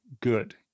good